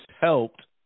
helped